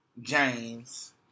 James